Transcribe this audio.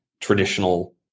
traditional